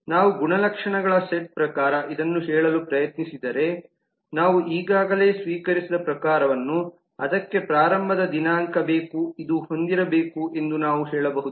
ನಾವು ಗುಣಲಕ್ಷಣಗಳ ಸೆಟ್ ಪ್ರಕಾರ ಇದನ್ನು ಹೇಳಲು ಪ್ರಯತ್ನಿಸಿದರೆ ನಾವು ಈಗಾಗಲೇ ಸ್ವೀಕರಿಸಿದ ಪ್ರಕಾರವನ್ನು ಅದಕ್ಕೆ ಪ್ರಾರಂಭದ ದಿನಾಂಕ ಬೇಕು ಇದು ಹೊಂದಿರಬೇಕು ಎಂದು ನಾವು ಹೇಳಬಹುದು